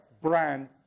brand